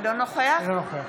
אינו נוכח